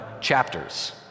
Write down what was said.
chapters